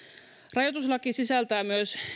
rajoituslaki sisältää myös